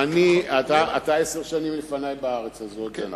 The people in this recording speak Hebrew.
אתה עשר שנים לפני בארץ הזאת, זה נכון.